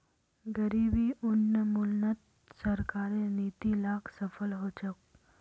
गरीबी उन्मूलनत सरकारेर नीती ला सफल ह छेक